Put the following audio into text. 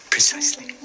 Precisely